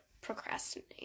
procrastinate